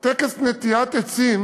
לטקס נטיעת עצים